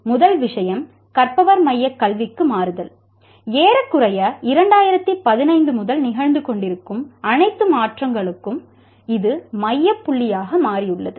முதல் விஷயம் கற்பவர் மையக் கல்விக்கு மாறுதல் ஏறக்குறைய 2015 முதல் நிகழ்ந்து கொண்டிருக்கும் அனைத்து மாற்றங்களுக்கும் இது மைய புள்ளியாக மாறியுள்ளது